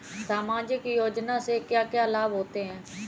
सामाजिक योजना से क्या क्या लाभ होते हैं?